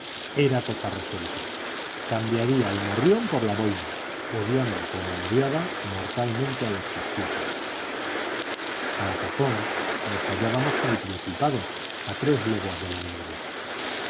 era cosa resuelta cambiaría el morrión por la boina odiando como odiaba mortalmente a los facciosos a la sazón nos hallábamos en el principado a tres leguas del enemigo